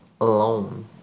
alone